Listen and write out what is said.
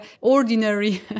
ordinary